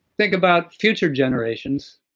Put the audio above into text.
think about future generations.